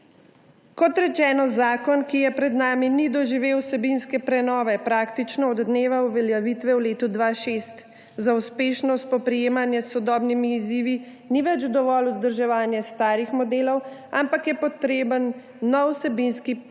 Kot rečeno, zakon, ki je pred nami, ni doživel vsebinske prenove praktično od dneva uveljavitve v letu 2006. Za uspešno spoprijemanje s sodobnimi izzivi ni več dovolj vzdrževanje starih modelov, ampak je potreben nov vsebinski pristop